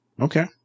Okay